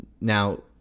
Now